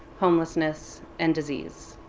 homelessness, and disease.